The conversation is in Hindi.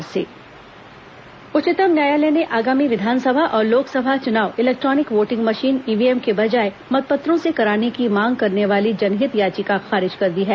सुप्रीम कोर्ट याचिका उच्चतम न्यायालय ने आगामी विधानसभा और लोकसभा चुनाव इलेक्ट्रॉनिक वोटिंग मशीन ईव्हीएम की बजाए मतपत्रों से कराने की मांग करने वाली जनहित याचिका खारिज कर दी है